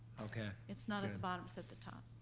okay. it's not at the bottom. it's at the top.